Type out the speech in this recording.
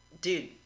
Dude